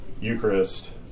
Eucharist